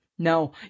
No